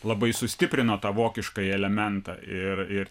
labai sustiprino tą vokiškąjį elementą ir ir